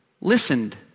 listened